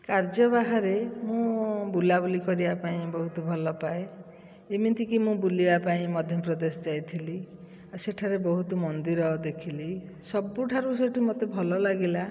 ରାଜ୍ୟ ବାହାରେ ମୁଁ ବୁଲାବୁଲି କରିବା ପାଇଁ ବହୁତ ଭଲପାଏ ଏମିତିକି ମୁଁ ବୁଲିବା ପାଇଁ ମଧ୍ୟପ୍ରଦେଶ ଯାଇଥିଲି ଆଉ ସେଠାରେ ବହୁତ ମନ୍ଦିର ଦେଖିଲି ସବୁଠାରୁ ସେଇଠୁ ମୋତେ ଭଲ ଲାଗିଲା